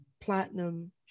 platinum